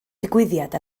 digwyddiad